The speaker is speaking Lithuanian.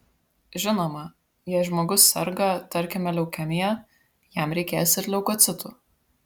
žinoma jei žmogus serga tarkime leukemija jam reikės ir leukocitų